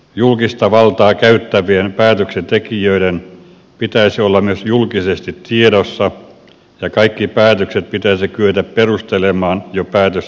julkista valtaa käyttävien päätöksentekijöiden pitäisi olla myös julkisesti tiedossa ja kaikki päätökset pitäisi kyetä perustelemaan jo päätösasiakirjoissa